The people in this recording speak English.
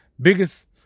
biggest